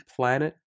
planet